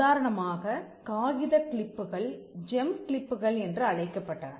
உதாரணமாகக் காகித கிளிப்புகள் ஜெம் கிளிப்புகள் என்றும் அழைக்கப்பட்டன